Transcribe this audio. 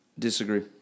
Disagree